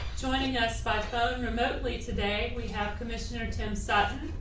joining us by phone remotely today we have commissioner tim sutton.